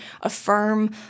affirm